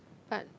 but